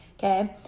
Okay